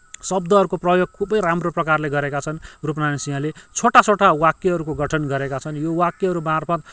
शब्दहरूको प्रयोग खुबै राम्रो प्रकारले गरेका छन् रूपनारायण सिंहले छोटा छोटा वाक्यहरूको गठन गरेका छन् यो वाक्यहरू मार्फत्